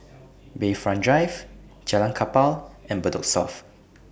Bayfront Drive Jalan Kapal and Bedok South